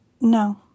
No